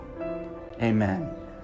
Amen